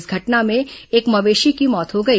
इस घटना में एक मवेशी की मौत हो गई